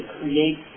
create